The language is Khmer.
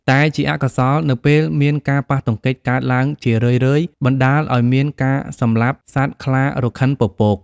តែជាអកុសល នៅពេលមានការប៉ះទង្គិចកើតឡើងជារឿយៗបណ្តាលឲ្យមាន ការសម្លាប់សត្វខ្លារខិនពពក។